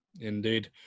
Indeed